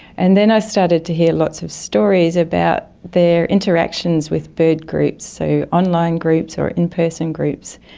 and then i started to hear lots of stories about their interactions with bird groups, so online groups or in-person groups,